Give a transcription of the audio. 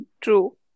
true